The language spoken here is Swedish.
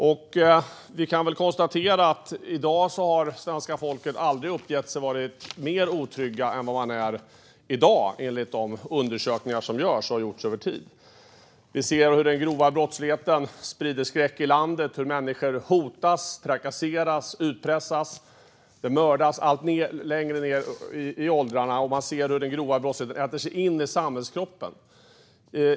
Svenska folket har aldrig uppgett sig vara mer otryggt än i dag, enligt de undersökningar som görs och har gjorts över tid. Vi ser hur den grova brottsligheten sprider skräck i landet. Människor hotas, trakasseras, utpressas och mördas allt längre ned i åldrarna. Den grova brottsligheten äter sig in i samhällskroppen.